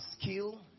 skill